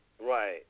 Right